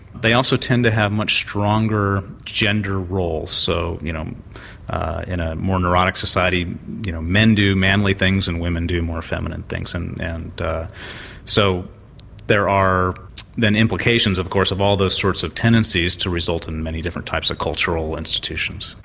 they also tend to have much stronger gender roles so you know in a more neurotic society you know men do manly things and women do more feminine things. and and so there are implications of course of all those sorts of tendencies to result in many different types of cultural institutions.